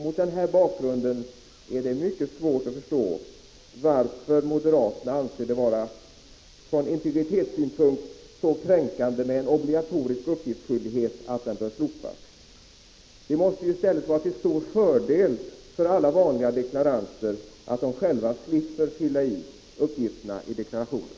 Mot den bakgrunden är det mycket svårt att förstå varför moderaterna anser att det från integritetssynpunkt är så kränkande med en obligatorisk uppgiftsskyldighet att den bör slopas. Det måste i stället vara en stor fördel för alla vanliga deklaranter att de själva slipper fylla i uppgifterna i deklarationen.